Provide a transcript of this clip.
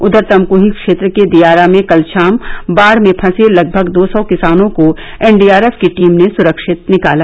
उधर तमकुही क्षेत्र के दियारा में कल शाम बाढ़ में फसे लगभग दो सौ किसानों को एनडीआरएफ की टीम ने सुरक्षित निकाला